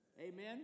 Amen